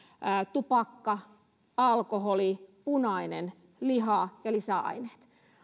tupakka alkoholi punainen liha ja lisäaineet